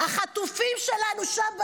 החטופים שלנו שם במנהרות,